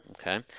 Okay